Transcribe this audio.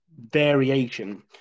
variation